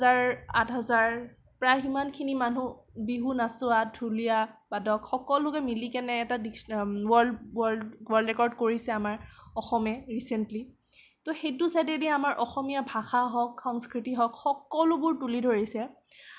আঠ হাজাৰ প্ৰায় সিমানখিনি মানুহ বিহু নচোৱা ঢুলীয়া বা দৰ্শক সকলোকে মিলিকেনে এটা ৱৰ্লড ৰেকৰ্ড কৰিছে আমাৰ অসমে ৰিচেন্টলি ত' সেইটো ছাইডেদি আমাৰ অসমীয়া ভাষা হওক সংস্কৃতি হওক সকলোবোৰ তুলি ধৰিছে